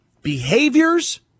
Behaviors